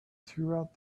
throughout